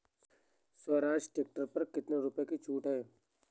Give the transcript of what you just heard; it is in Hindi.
स्वराज ट्रैक्टर पर कितनी रुपये की छूट है?